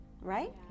right